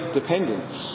dependence